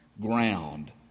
ground